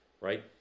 Right